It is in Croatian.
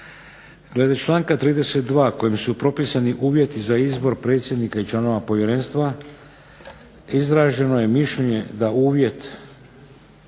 Glede članka 32. kojim su propisani uvjeti za izbor predsjednika i članova povjerenstva izraženo je mišljenje da uvjet